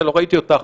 לא ראיתי אותך,